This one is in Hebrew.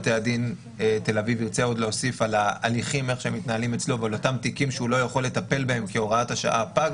אבל יש בתי דין רבניים אחרים שחשים שבהסדר הזה אתם דורכים על רגליהם?